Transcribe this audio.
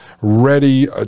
ready